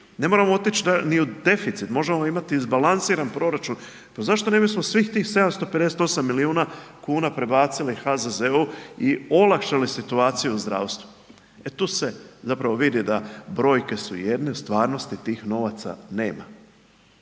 ne moramo otići ni u deficit, možemo imati izbalansiran proračun. Pa zašto ne bismo svih tih 758 milijuna kuna prebacili HZZO i olakšali situaciju u zdravstvu? E tu se zapravo vidi da brojke su jedne a u stvarnosti tih novaca nema.